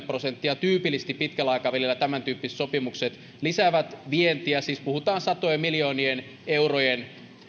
prosenttia tyypillisesti pitkällä aikavälillä tämäntyyppiset sopimukset lisäävät vientiä siis puhutaan satojen miljoonien eurojen